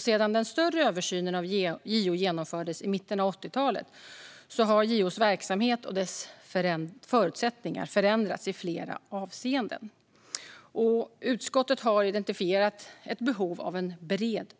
Sedan den större översynen av JO genomfördes i mitten av 1980-talet har JO:s verksamhet och dess förutsättningar förändrats i flera avseenden. Utskottet har identifierat ett behov av en bred